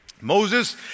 Moses